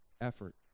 effort